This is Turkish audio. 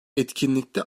etkinlikte